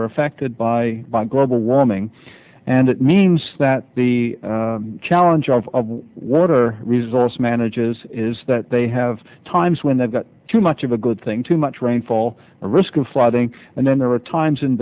are affected by global warming and that means that the challenge of water resource manages is that they have times when they've got too much of a good thing too much rainfall or risk of flooding and then there are times in